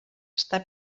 està